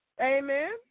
Amen